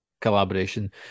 collaboration